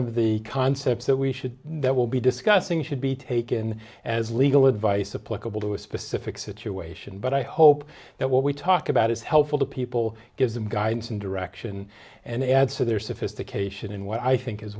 of the concepts that we should that will be discussing should be taken as legal advice supportable to a specific situation but i hope that what we talk about is helpful to people gives them guidance and direction and adds to their sophistication in what i think is